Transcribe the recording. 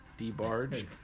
DeBarge